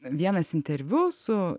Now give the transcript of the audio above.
vienas interviu su